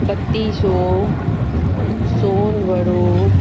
पतीशो सोन वड़ो